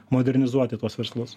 modernizuoti tuos verslus